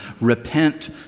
Repent